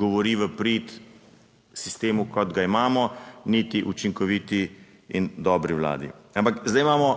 govori v prid sistemu, kot ga imamo, niti učinkoviti in dobri vladi. Ampak zdaj imamo